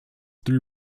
three